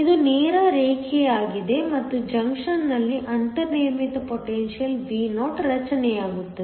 ಇದು ನೇರ ರೇಖೆಯಾಗಿದೆ ಮತ್ತು ಜಂಕ್ಷನ್ನಲ್ಲಿ ಅಂತರ್ನಿರ್ಮಿತ ಪೊಟೆನ್ಶಿಯಲ್ Vo ರಚನೆಯಾಗುತ್ತದೆ